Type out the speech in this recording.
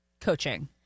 coaching